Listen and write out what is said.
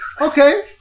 okay